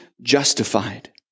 justified